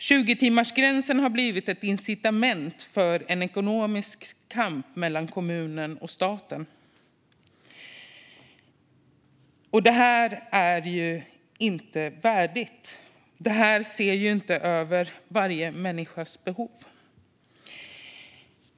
20-timmarsgränsen har blivit ett incitament för en ekonomisk kamp mellan kommunen och staten. Det här är inte värdigt. På detta sätt ser man inte varje människas behov.